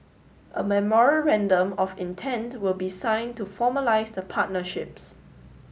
a memorandum of intent will be sign to formalise the partnerships